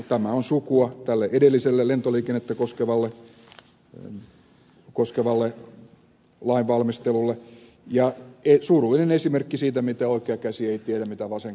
tämä on sukua edelliselle lentoliikennettä koskevalle lainvalmistelulle ja surullinen esimerkki siitä miten oikea käsi ei tiedä mitä vasen käsi tekee